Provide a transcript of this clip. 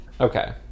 Okay